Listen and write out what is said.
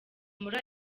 muri